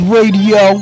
Radio